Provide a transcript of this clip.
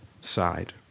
side